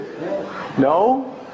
No